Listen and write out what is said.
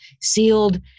sealed